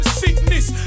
sickness